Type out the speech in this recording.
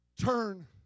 turn